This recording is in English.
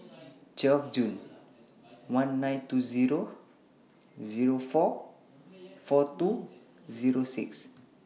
twelve June one nine two Zero Zero four four two Zero six